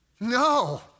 No